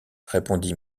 répondit